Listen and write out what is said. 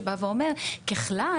שבא ואומר שככלל,